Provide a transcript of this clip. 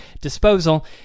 disposal